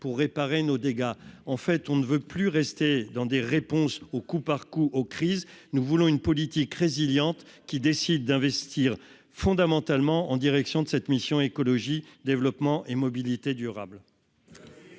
pour réparer nos dégâts en fait, on ne veut plus rester dans des réponses au coup par coup aux crises nous voulons une politique résiliente qui décide d'investir fondamentalement en direction de cette mission Écologie développement et mobilités durables.